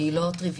היא לא טריוויאלית.